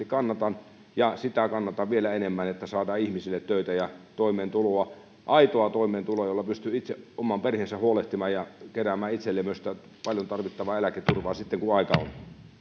kannatan ja vielä enemmän kannatan sitä että saadaan ihmisille töitä ja toimeentuloa aitoa toimeentuloa jolla pystyy itse omasta perheestään huolehtimaan ja keräämään itselleen myös sitä paljon tarvittavaa eläketurvaa sitten kun aika